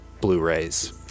Blu-rays